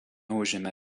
užėmė